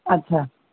अच्छा